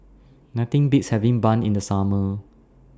Nothing Beats having Bun in The Summer